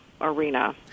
arena